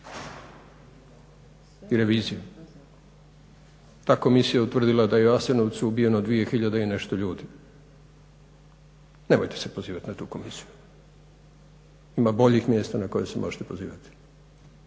i revizije. Ta komisija je utvrdila da je u Jasenovcu ubijeno 2000 i nešto ljudi. Nemojte se pozivat na tu komisiju. Ima boljih mjesta na koje se možete pozivat